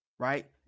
Right